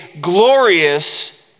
glorious